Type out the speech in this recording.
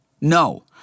No